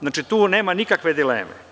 Znači, tu nema nikakve dileme.